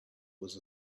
was